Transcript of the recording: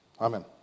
Amen